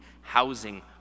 housing